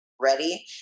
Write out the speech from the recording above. ready